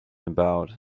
about